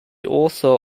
author